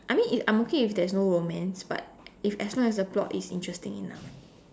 I mean it I'm okay if there's no romance but if as long as the plot is interesting enough